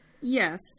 Yes